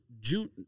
June